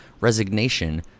resignation